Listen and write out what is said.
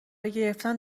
گرفتن